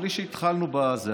בלי שהתחלנו בזה,